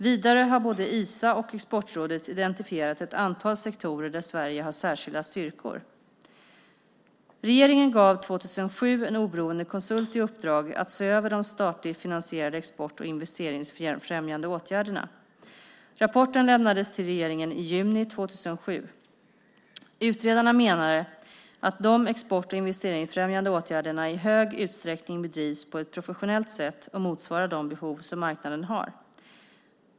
Vidare har både Isa och Exportrådet identifierat ett antal sektorer där Sverige har särskilda styrkor. Regeringen gav 2007 en oberoende konsult i uppdrag att se över de statligt finansierade export och investeringsfrämjande åtgärderna. Rapporten lämnades till regeringen i juni 2007. Utredarna menade att de export och investeringsfrämjande åtgärderna i stor utsträckning bedrivs på ett professionellt sätt och motsvarar de behov som marknaden har.